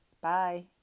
Bye